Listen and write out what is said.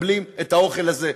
מקבלים את האוכל הזה.